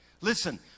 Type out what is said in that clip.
Listen